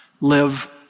live